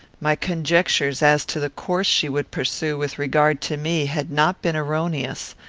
my conjectures as to the course she would pursue with regard to me had not been erroneous.